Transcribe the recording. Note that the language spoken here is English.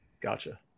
Gotcha